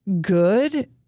good